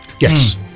Yes